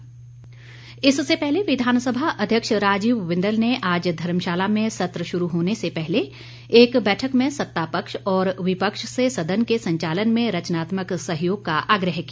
बिंदल बैठक इससे पहले विधानसभा अध्यक्ष राजीव बिंदल ने आज धर्मशाला में सत्र शुरू होने से पहले एक बैठक में सत्तापक्ष और विपक्ष से सदन के संचालन में रचनात्मक सहयोग का आग्रह किया